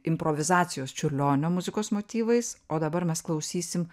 improvizacijos čiurlionio muzikos motyvais o dabar mes klausysim